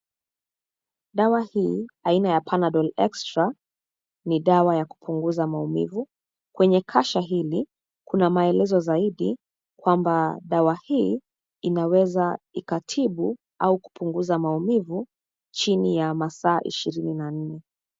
Dawa hii aina ya Panadol Extra ni dawa ya kupunguza maumivu. Kwenye kasha hili, kuna maelezo zaidi kwamba dawa hii inaweza ikatibu au kupunguza maumivu chini ya masaa ishirini na nne.